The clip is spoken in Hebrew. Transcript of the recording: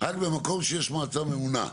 רק במקום שיש מועצה ממונה.